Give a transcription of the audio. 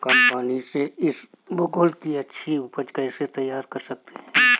कम पानी से इसबगोल की अच्छी ऊपज कैसे तैयार कर सकते हैं?